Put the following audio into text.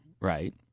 Right